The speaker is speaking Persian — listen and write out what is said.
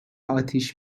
اتیش